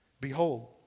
Behold